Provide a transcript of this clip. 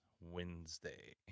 Wednesday